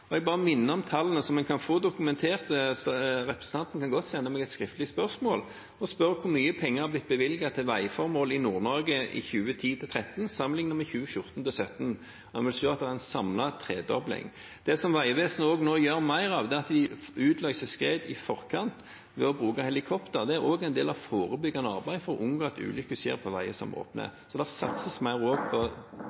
Jeg vil bare minne om tallene, som man kan få dokumentert, representanten kan godt sende meg et skriftlig spørsmål og spørre om hvor mye penger som er blitt bevilget til veiformål i Nord-Norge i 2010–2013, sammenlignet med 2014–2017. Da vil man se at det samlet er en tredobling. Det som Vegvesenet nå gjør mer av, er at de utløser skred i forkant ved å bruke helikopter. Det er også en del av det forebyggende arbeidet for å unngå at ulykker skjer på veier som er åpne.